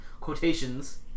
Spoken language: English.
quotations